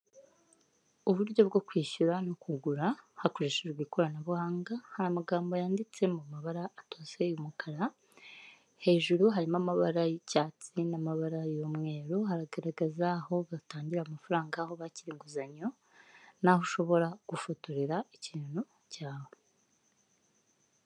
Icyumba cy'inama abantu benshi bitabiriye harimo; abagabo, harimo abagore ,harimo abirabura ndetse harimo n'umuzungu aba bantu bose barakurikiye, imbere y'abo bafite amazi yo kugira ngo babafashe gukurikira neza n'igihe bafite ibitotsi be gusinzira.